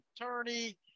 attorney